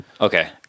Okay